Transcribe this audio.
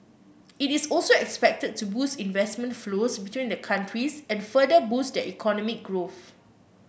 it is also expected to boost investment flows between the countries and further boost their economic growth